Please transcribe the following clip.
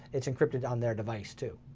it's encrypted on their device, too.